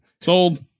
Sold